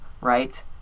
right